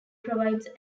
provides